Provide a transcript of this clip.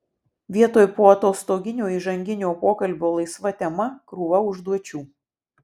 vietoj poatostoginio įžanginio pokalbio laisva tema krūva užduočių